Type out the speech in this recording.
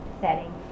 setting